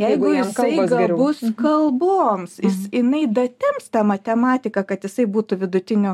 jeigu jisai gabus kalboms jinai datems tą matematiką kad jisai būtų vidutinio